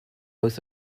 oath